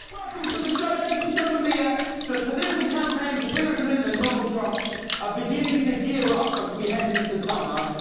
welcome to the show, ladies and gentlemen. the ah the political campaigns of hillary clinton and donald trump are ah beginning to gear up as we head into summer.